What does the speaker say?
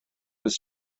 was